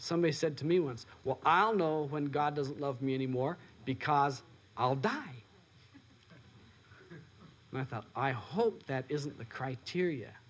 somebody said to me once i'll know when god doesn't love me anymore because i'll die and i thought i hope that isn't the criteria